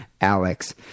Alex